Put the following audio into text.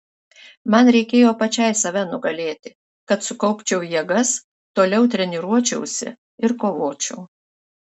man reikėjo pačiai save nugalėti kad sukaupčiau jėgas toliau treniruočiausi ir kovočiau